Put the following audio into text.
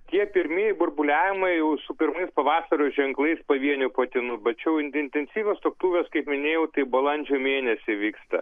tie pirmieji burbuliavimai jau su pirmais pavasario ženklais pavienių patinų tačiau intensyvios tuoktuvės kaip minėjau tai balandžio mėnesį vyksta